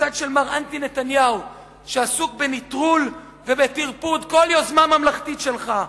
הצד של מר אנטי נתניהו שעסוק בנטרול ובטרפוד כל יוזמה ממלכתית שלך.